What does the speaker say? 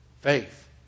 Faith